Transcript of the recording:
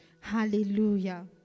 Hallelujah